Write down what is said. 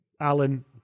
Alan